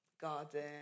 garden